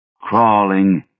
crawling